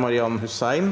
Marian Hussein